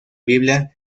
biblia